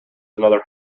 another